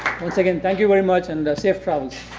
once again, thank you very much and safe travels.